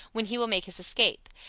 when he will make his escape.